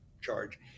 charge